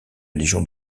légion